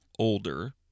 Older